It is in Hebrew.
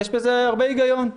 יש בזה הרבה היגיון.